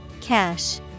Cash